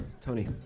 Tony